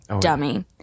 Dummy